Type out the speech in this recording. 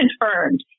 confirmed